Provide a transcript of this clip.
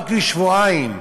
רק לשבועיים,